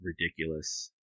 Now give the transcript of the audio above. ridiculous